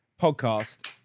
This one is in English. podcast